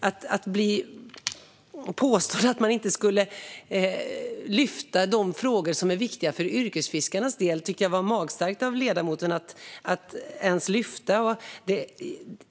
Att påstå att man inte skulle lyfta fram de frågor som är viktiga för yrkesfiskarnas del tycker jag var magstarkt av ledamoten.